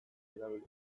erabiliz